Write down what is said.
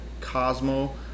Cosmo